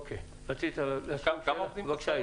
בבקשה, עידן.